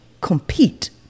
compete